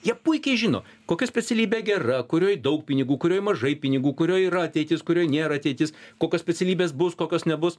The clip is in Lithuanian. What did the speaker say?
jie puikiai žino kokia specialybė gera kurioj daug pinigų kurioj mažai pinigų kurioj yra ateitis kurioj nėra ateitis kokios specialybės bus kokios nebus